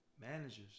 managers